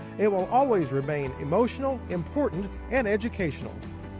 it will always remain emotional, important, and educational.